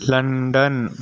London